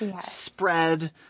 spread